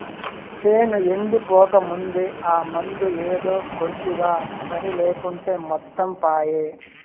చేను ఎండిపోకముందే ఆ మందు ఏదో కొడ్తివా సరి లేకుంటే మొత్తం పాయే